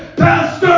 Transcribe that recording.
pastor